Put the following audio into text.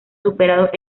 superados